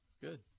Good